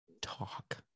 talk